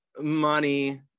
money